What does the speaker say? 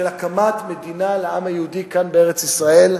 של הקמת מדינה לעם היהודי כאן בארץ-ישראל.